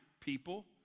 people